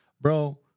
bro